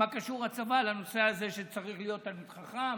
מה קשור הצבא לנושא הזה שצריך להיות תלמיד חכם?